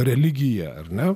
religija ar ne